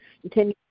continue